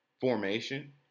formation